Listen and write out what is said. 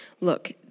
Look